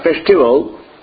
festival